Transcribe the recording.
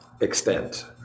extent